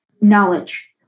knowledge